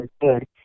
good